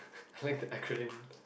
acronym